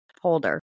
holder